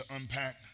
unpack